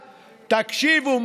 תקשיבו,